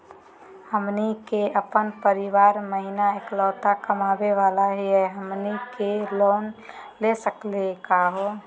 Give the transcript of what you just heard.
हमनी के अपन परीवार महिना एकलौता कमावे वाला हई, हमनी के लोन ले सकली का हो?